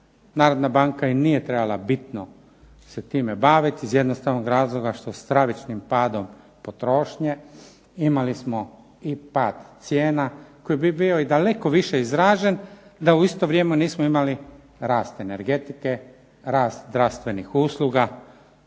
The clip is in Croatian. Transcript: Narodna banka i nije trebala bitno se time baviti iz jednostavnog razloga što stravičnim padom potrošnje imali smo i pad cijena koji bi bio daleko više izražen da u isto vrijeme nismo imali rast energetike, rast zdravstvenih usluga.